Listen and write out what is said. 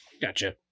Gotcha